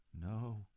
No